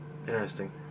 Interesting